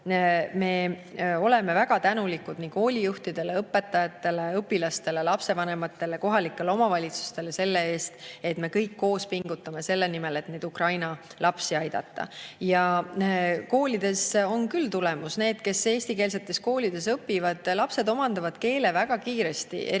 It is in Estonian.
Me oleme väga tänulikud nii koolijuhtidele, õpetajatele, õpilastele, lapsevanematele kui ka kohalikele omavalitsustele selle eest, et kõik koos pingutavad selle nimel, et neid Ukraina lapsi aidata. Ja koolides on küll tulemus. Need lapsed, kes eestikeelses koolis õpivad, omandavad keele väga kiiresti, eriti